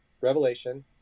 Revelation